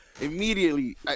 immediately